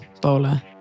Bowler